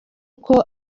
uko